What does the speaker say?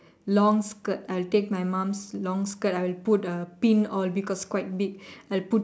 long skirt I'll take my mom's long skirt I'll put a pin all because quite big I'll put